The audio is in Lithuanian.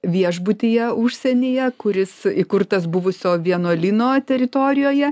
viešbutyje užsienyje kuris įkurtas buvusio vienuolyno teritorijoje